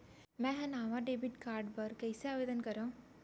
मै हा नवा डेबिट कार्ड बर कईसे आवेदन करव?